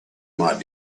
might